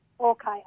Okay